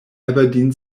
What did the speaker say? aberdeen